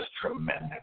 tremendous